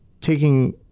taking